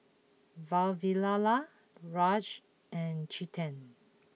Vavilala Raj and Chetan